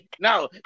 no